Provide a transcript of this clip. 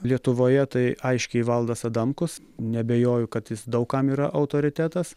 lietuvoje tai aiškiai valdas adamkus neabejoju kad jis daug kam yra autoritetas